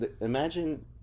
imagine